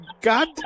God